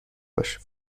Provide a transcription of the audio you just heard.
باش